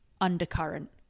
undercurrent